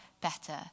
better